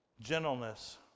Gentleness